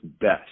best